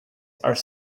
are